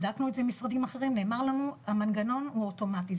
בדקנו את זה עם משרדים אחרים ונאמר לנו שהמנגנון הוא אוטומטי,